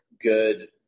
good